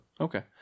Okay